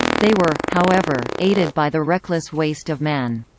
they were, however, aided by the reckless waste of man.